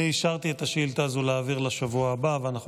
אני אישרתי להעביר לשבוע הבא את השאילתה הזו,